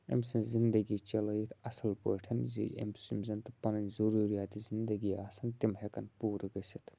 أمۍ سٕنٛز زندگی چَلٲوِتھ اَصٕل پٲٹھۍ زِ أمِس یِم زَن تہِ پَنٕنۍ ضٔروٗریاتہِ زندگی آسَن تِم ہٮ۪کَن پوٗرٕ گٔژھِتھ